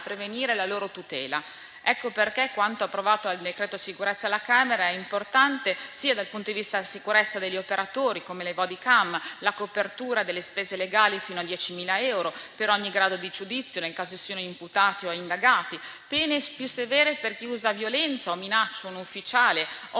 prevenire la loro tutela. Ecco perché quanto approvato con il decreto sicurezza alla Camera è rilevante anche dal punto di vista della sicurezza degli operatori. Mi riferisco, ad esempio, alle *bodycam*; alla copertura delle spese legali fino a 10.000 euro per ogni grado di giudizio nel caso siano imputati o indagati; alle pene più severe per chi usa violenza o minaccia a un ufficiale o